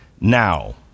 now